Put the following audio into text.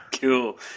Cool